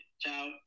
Ciao